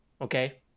Okay